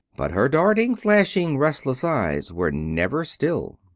but her darting, flashing, restless eyes were never still.